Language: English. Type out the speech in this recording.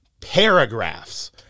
paragraphs